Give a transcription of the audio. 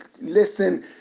listen